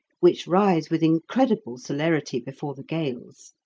which rise with incredible celerity before the gales.